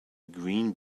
green